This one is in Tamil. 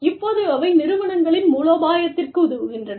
இப்போது அவை நிறுவனங்களின் மூலோபாயத்திற்கு உதவுகின்றன